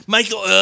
Michael